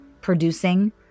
producing